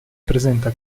presenta